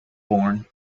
born